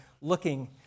looking